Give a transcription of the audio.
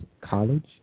College